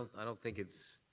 um i don't think it's